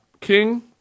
king